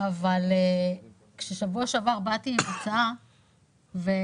אבל כשבאתי עם הצבעה בשבוע שעבר,